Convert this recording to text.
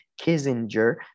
Kissinger